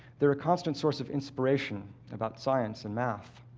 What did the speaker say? they're a constant source of inspiration about science and math.